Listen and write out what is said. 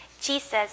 jesus